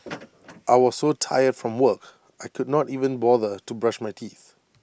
I was so tired from work I could not even bother to brush my teeth